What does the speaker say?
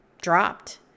dropped